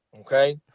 okay